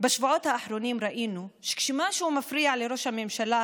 בשבועות האחרונים ראינו שכשמשהו מפריע לראש הממשלה,